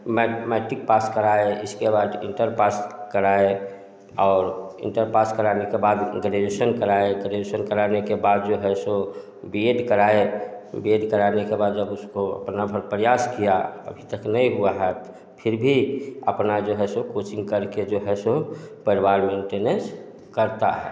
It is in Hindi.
मैं मेट्रिक पास कराए इसके बाद इंटर पास कराए और इंटर पास कराने के बाद ग्रेजुएशन कराए ग्रेजुएशन कराने के बाद जो है सो बीएड कराए बीएड कराने के बाद जब उसको अपना फिर प्रयास किया अभी तक नहीं हुआ हैं फिर भी अपना जो है सो कोचिंग करके जो है सो परिवार मेन्टेनेन्स करता है